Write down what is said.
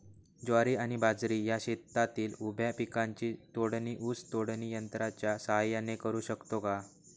ज्वारी आणि बाजरी या शेतातील उभ्या पिकांची तोडणी ऊस तोडणी यंत्राच्या सहाय्याने करु शकतो का?